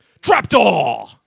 Trapdoor